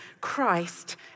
Christ